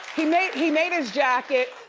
he made he made his jacket,